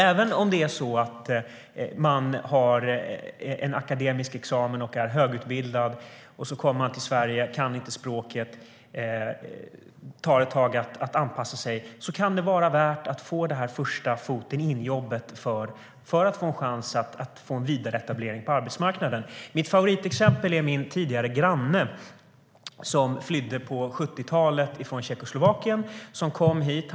Även om man har en akademisk examen och är högutbildad när man kommer till Sverige men inte kan språket och det tar ett tag att anpassa sig kan det vara värt att få jobbet som är första foten in och ger chans till en vidareetablering på arbetsmarknaden. Mitt favoritexempel är min tidigare granne, som på 70-talet flydde från Tjeckoslovakien och kom hit.